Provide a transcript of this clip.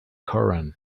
koran